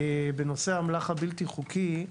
בנושא האמל"ח הבלתי חוקי,